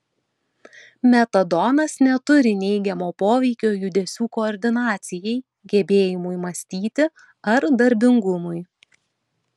metadonas neturi neigiamo poveikio judesių koordinacijai gebėjimui mąstyti ar darbingumui